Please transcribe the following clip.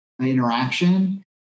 interaction